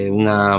una